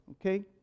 Okay